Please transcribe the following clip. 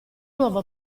nuovo